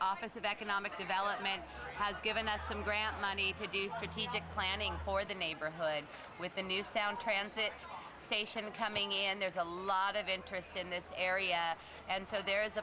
office of economic development has given us some grant money to do fatigue planning for the neighborhood with a new sound transit station coming in and there's a lot of interest in this area and so there is a